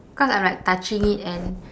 cause I'm like touching it and